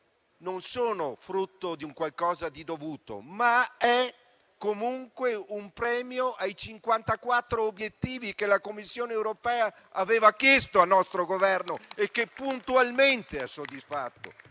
Non sono frutto di un qualcosa di dovuto, ma è comunque un premio ai 54 obiettivi che la Commissione europea aveva chiesto al nostro Governo e che puntualmente sono stati